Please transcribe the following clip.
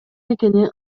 экени